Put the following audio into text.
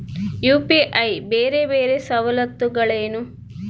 UPI ಬೇರೆ ಬೇರೆ ಸವಲತ್ತುಗಳೇನು?